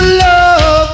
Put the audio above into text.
love